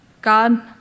God